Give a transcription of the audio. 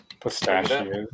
Pistachios